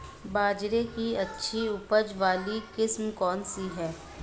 बाजरे की अच्छी उपज वाली किस्म कौनसी है?